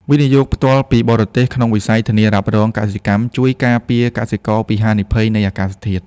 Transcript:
វិនិយោគផ្ទាល់ពីបរទេស ក្នុងវិស័យធានារ៉ាប់រងកសិកម្ម ជួយការពារកសិករពីហានិភ័យនៃអាកាសធាតុ។